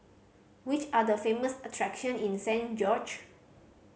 which are the famous attraction in Saint George